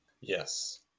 Yes